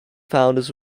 founders